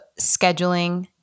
scheduling